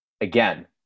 again